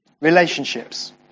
Relationships